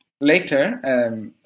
later